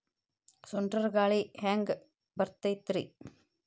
ಸುಂಟರ್ ಗಾಳಿ ಹ್ಯಾಂಗ್ ಬರ್ತೈತ್ರಿ?